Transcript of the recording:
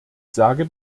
sage